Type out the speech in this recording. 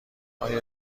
آیا